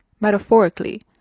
metaphorically